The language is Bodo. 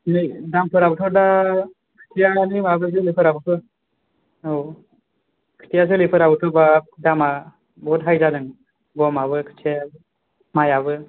बिदि जायो नाम फोरा थ दा खोथियानि मा जोलै फोराबो थ आव खोथिया जोलैफोराबो थ दामा बुहुत हाय जादों गमआबो टेक माइयाबो